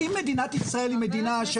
אם מדינת ישראל היא מדינה,